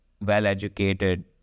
well-educated